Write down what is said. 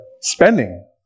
spending